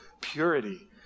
purity